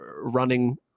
running